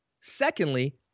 Secondly